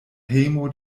hejmo